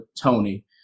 Tony